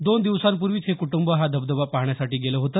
दोन दिवसांपूर्वीच हे कुटुंब हा धबधबा पाहण्यासाठी गेले होते